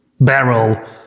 barrel